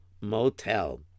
motel